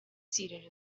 seated